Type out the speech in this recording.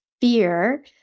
fear